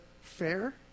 fair